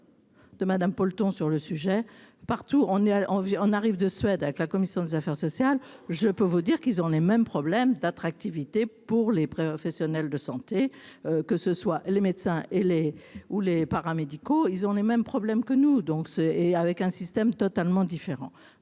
De madame Paul ton sur le sujet, partout on est on on arrive de Suède avec la commission des affaires sociales, je peux vous dire qu'ils ont les mêmes problèmes d'attractivité pour les professionnels de santé, que ce soit les médecins et les ou les paramédicaux, ils ont les mêmes problèmes que nous, donc c'est et avec un système totalement différent,